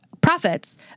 profits